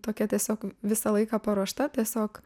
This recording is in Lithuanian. tokia tiesiog visą laiką paruošta tiesiog